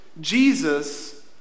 Jesus